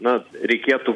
na reikėtų